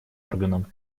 органом